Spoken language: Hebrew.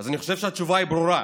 אז אני חושב שהתשובה היא ברורה: